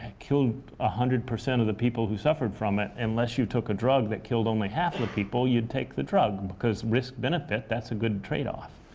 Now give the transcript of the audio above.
killed one ah hundred percent of the people who suffered from it unless you took a drug that killed only half the people, you'd take the drug because risk benefit, that's a good trade-off.